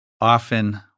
often